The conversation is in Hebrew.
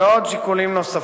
ושיקולים נוספים.